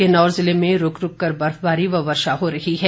किन्नौर जिले में रूक रूक बर्फबारी व वर्षा हो रही है